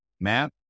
Matt